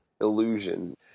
illusion